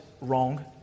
Wrong